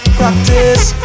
practice